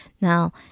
Now